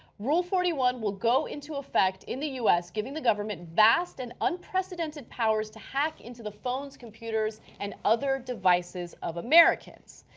rule forty one will go into effect in the us giving the government vast and unprecedented powers to hacked into the phones, computers, and other devices of americans.